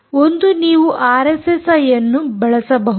ಒಂದು ನೀವು ಆರ್ಎಸ್ಎಸ್ಐಯನ್ನು ಬಳಸಬಹುದು